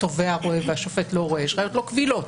שהתובע רואה והשופט לא רואה, יש ראיות לא קבילות.